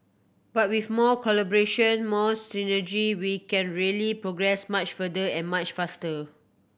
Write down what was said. but with more collaboration more synergy we can really progress much further and much faster